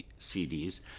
CDs